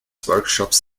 workshops